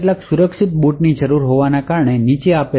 સુરક્ષિત બૂટની જરૂર હોવાના કેટલાક કારણ નીચે આપેલ છે